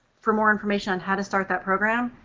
for more information on how to start that program.